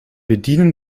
bedienen